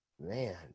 man